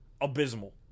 abysmal